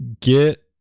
get